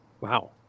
Wow